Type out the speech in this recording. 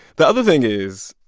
the other thing is,